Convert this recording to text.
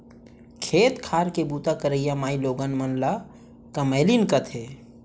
खेत खार के बूता करइया माइलोगन मन ल कमैलिन कथें